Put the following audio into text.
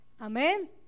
Amen